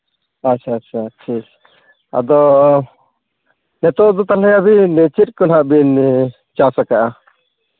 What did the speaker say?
ᱟᱪᱪᱷᱟ ᱟᱪᱪᱷᱟ ᱴᱷᱤᱠ ᱟᱫᱚ ᱱᱤᱛᱳᱜ ᱫᱚ ᱛᱟᱦᱞᱮ ᱟᱹᱵᱤᱱ ᱪᱮᱫ ᱠᱚ ᱦᱟᱸᱜ ᱵᱤᱱ ᱪᱟᱥᱟᱠᱟᱜᱼᱟ